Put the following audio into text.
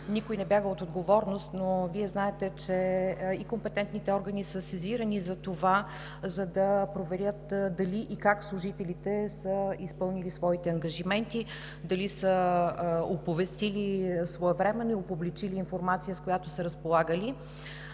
никой не бяга от отговорност, но Вие знаете, че компетентните органи са сезирани, за да проверят дали и как служителите са изпълнили своите ангажименти – дали са оповестили своевременно и са направили публична информация, с която са разполагали.